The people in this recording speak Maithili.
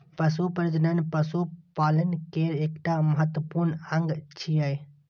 पशु प्रजनन पशुपालन केर एकटा महत्वपूर्ण अंग छियै